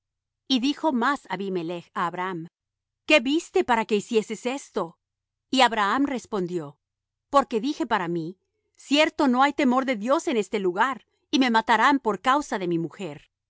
y dijo más abimelech á abraham qué viste para que hicieses esto y abraham respondió porque dije para mí cierto no hay temor de dios en este lugar y me matarán por causa de mi mujer